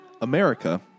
America